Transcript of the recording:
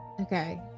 Okay